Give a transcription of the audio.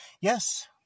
Yes